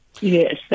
Yes